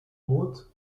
mudd